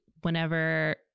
whenever